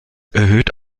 erhöht